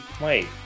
Wait